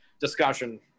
discussion